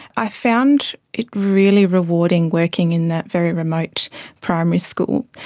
i found it really rewarding working in that very remote primary school,